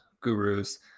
gurus